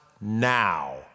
now